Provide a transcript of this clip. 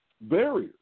barriers